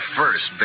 first